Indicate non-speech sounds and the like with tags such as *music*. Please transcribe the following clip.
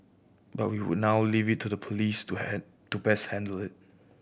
but we would now leave it to the police to *unintelligible* to best handle it